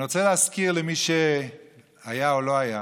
אני רוצה להזכיר למי שהיה או לא היה: